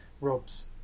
Rob's